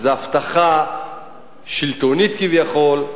שזאת הבטחה שלטונית כביכול,